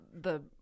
the-